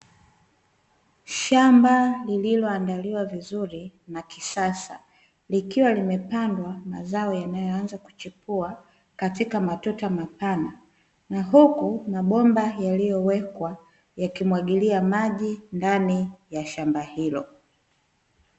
Shamba lililoandaliwa vizuri na kisasa likiwa limepandwa mazao yanayoanza kuchipua katika matuta mapana, na huku mabomba yaliyowekwa yakimwagilia maji ndani ya shamba hilo.